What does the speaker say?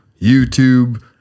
YouTube